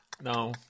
No